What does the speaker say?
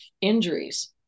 injuries